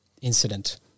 incident